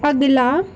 اگلا